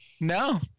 No